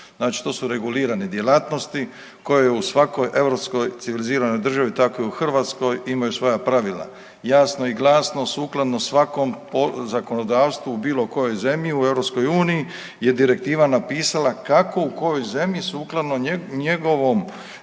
znači to su regulirane djelatnosti koja u svakoj europskoj civiliziranoj državi tako i u Hrvatskoj imaju svoja pravila. Jasno i glasno sukladno svakom zakonodavstvu u bilo kojoj zemlji u EU je direktiva napisala kako u kojoj zemlji sukladno njegovom,